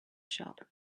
sharp